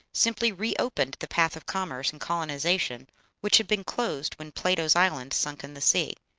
simply re-opened the path of commerce and colonization which had been closed when plato's island sunk in the sea.